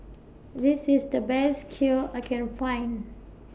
This IS The Best Kheer I Can Find